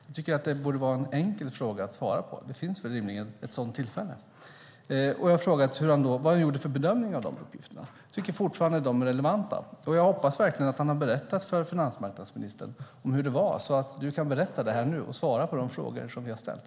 Jag tycker att det borde vara en enkel fråga att svara på. Det finns väl rimligen ett sådant tillfälle. Jag har också frågat vilken bedömning han då gjorde av de uppgifterna. Jag tycker fortfarande att de frågorna är relevanta. Jag hoppas verkligen att han har berättat för finansmarknadsministern hur det var, så att du kan berätta det nu och svara på de frågor som vi har ställt.